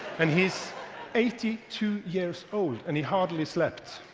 and he's eighty two years old, and he hardly slept.